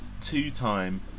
two-time